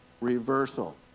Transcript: reversal